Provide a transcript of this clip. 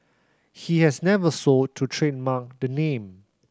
he has never sought to trademark the name